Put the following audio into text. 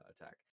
attack